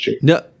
no